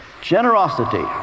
generosity